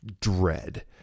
dread